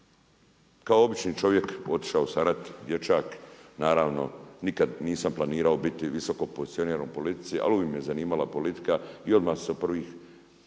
Kao obični čovjek otišao sam u rat, dječak naravno nikad nisam planirao biti visokopozicioniran u politici ali me uvijek me zanimala politika i odmah sam se u prvih